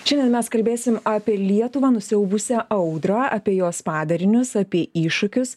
šiandien mes kalbėsim apie lietuvą nusiaubusią audrą apie jos padarinius apie iššūkius